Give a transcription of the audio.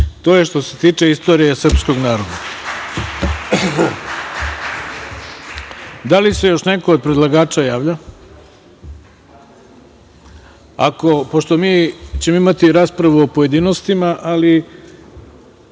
To je što se tiče istorije srpskog naroda. Da li se još neko od predlagača javlja za reč? Pošto mi ćemo imati raspravu u pojedinostima, ali